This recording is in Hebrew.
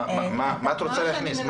מה את רוצה להכניס?